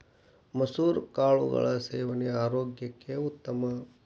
ಮಸುರ ಕಾಳುಗಳ ಸೇವನೆ ಆರೋಗ್ಯಕ್ಕೆ ಉತ್ತಮ